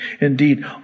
Indeed